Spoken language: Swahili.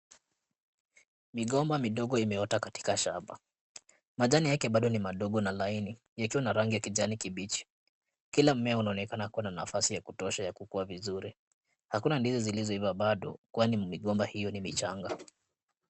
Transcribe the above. Migomba midogo imeota katika shamba, majani yake bado ni madogo na laini yakiwa na rangi ya kijani kibichi. Kila mmea unaonekana kuwa na nafasi ya kutosha ya kukua vizuri. Hakuna ndizi zilizoiva bado kwani migomba hio ni michanga.